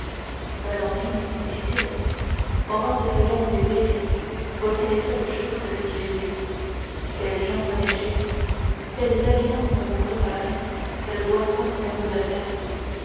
valentine dit-il pendant cette longue veille voici les seules choses que j'aie vues quels gens venaient chez vous quels aliments on vous préparait quelles boissons on vous a servies